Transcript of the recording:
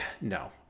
No